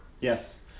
Yes